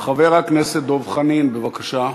חבר הכנסת דב חנין, בבקשה.